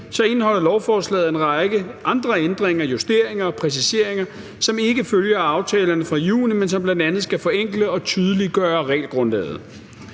indeholder lovforslaget en række andre ændringer, justeringer og præciseringer, som ikke følger af aftalerne fra juni, men som bl.a. skal forenkle og tydeliggøre regelgrundlaget.